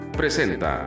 presenta